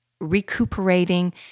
recuperating